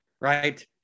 right